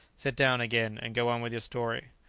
sit down again, and go on with your story.